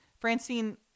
francine